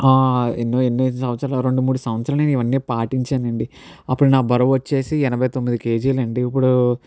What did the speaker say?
ఎన్నో ఎన్నో సంవత్సరాలు రెండు మూడు సంవత్సరాలు నేను ఇవన్నీ పాటించానండి అప్పుడు నా బరువచ్చేసి ఎనభై తొమ్మిది కేజీలండి ఇప్పుడు